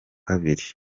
bibiri